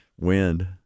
Wind